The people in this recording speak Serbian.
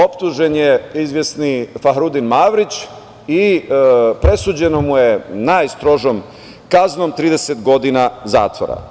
Optužen je izvesni Fahrudin Mavrić i presuđeno mu je najstrožom kaznom - 30 godina zatvora.